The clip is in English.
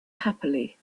happily